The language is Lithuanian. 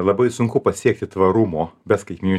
labai sunku pasiekti tvarumo be skaitmeninių